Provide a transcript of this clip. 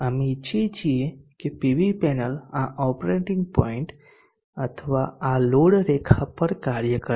અમે ઈચ્છીએ છીએ કે પીવી પેનલ આ ઓપરેટિંગ પોઇન્ટ અથવા આ લોડ રેખા પર કાર્ય કરે